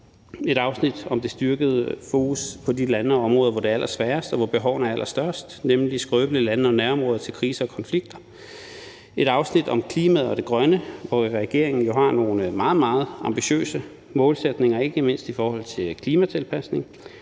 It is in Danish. et afsnit om det styrkede fokus på de lande og områder, hvor det er allersværest, og hvor behovene er allerstørst, nemlig de skrøbelige lande og nærområder til kriser og konflikter; et afsnit om klimaet og det grønne, hvor regeringen jo har nogle meget, meget ambitiøse målsætninger, og det er ikke mindst i forhold til klimatilpasning;